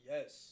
Yes